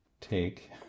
take